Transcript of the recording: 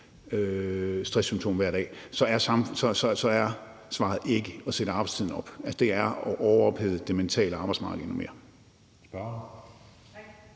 stresssymptomer hver dag, så er svaret ikke at sætte arbejdstiden op, altså, det er at overophede det mentale arbejdsmarked endnu mere.